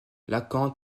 lacan